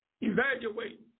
evaluate